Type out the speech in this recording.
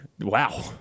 Wow